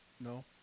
No